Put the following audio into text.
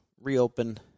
reopen